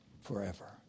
forever